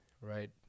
right